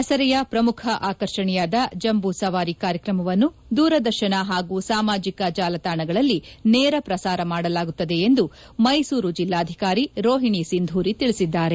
ದಸರೆಯ ಪ್ರಮುಖ ಆಕರ್ಷಣೆಯಾದ ಜಿಂಬೂ ಸವಾರಿ ಕಾರ್ಯಕ್ರಮವನ್ನು ದೂರದರ್ಶನ ಹಾಗೂ ಸಾಮಾಜಿಕ ಜಾಲತಾಣಗಳಲ್ಲಿ ನೇರ ಪ್ರಸಾರ ಮಾಡಲಾಗುತ್ತದೆ ಎಂದು ಮೈಸೂರು ಜಿಲ್ಲಾಧಿಕಾರಿ ರೋಹಿಣಿ ಸಿಂಧೂರಿ ತಿಳಿಸಿದ್ದಾರೆ